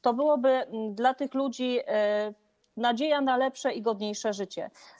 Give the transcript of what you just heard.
To byłaby dla tych ludzi nadzieja na lepsze i godniejsze życie.